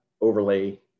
overlay